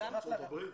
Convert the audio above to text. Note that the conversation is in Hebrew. בארצות הברית?